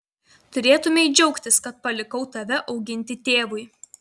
turėtumei džiaugtis kad palikau tave auginti tėvui